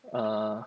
err